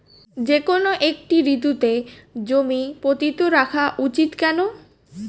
যেকোনো একটি ঋতুতে জমি পতিত রাখা উচিৎ কেন?